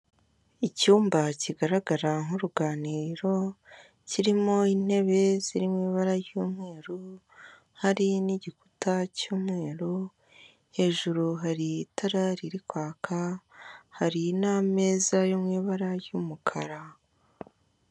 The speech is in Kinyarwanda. Icyumba kigaragara nk'uruganiriro, kirimo intebe ziri mu ibara ry'umweru, hari n'igikuta cy'umweru, hajuru hari itara riri kwaka, hari n'ameza yo mu ibara ry'umukara.